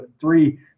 three